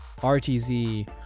RTZ